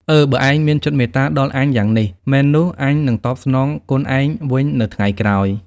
អឺ! បើឯងមានចិត្តមេត្តាដល់អញយ៉ាងនេះ មែននោះ អញនឹងតបស្នងគុណឯងវិញនៅថ្ងៃក្រោយ!